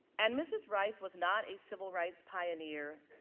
and mrs. rice was not a civil rights pioneer.